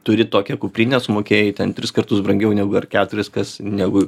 turi tokią kuprinę sumokėjai ten tris kartus brangiau negu ar keturis kas negu